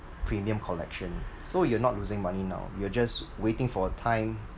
premium collection so you're not losing money now you're just waiting for a time